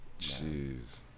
Jeez